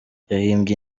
yahimbye